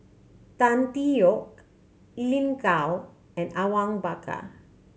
Tan Tee Yoke Lin Gao and Awang Bakar